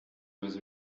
was